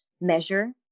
measure